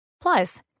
Plus